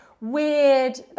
weird